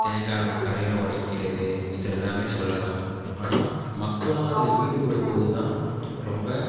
தேங்காவை தலையில் ஒடைக்கிறது இதெல்லாமே சொல்லலாம் ஆனால் மக்களும் அதில் ஈடுபடும் போதுதான் ரொம்ப